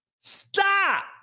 Stop